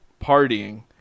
partying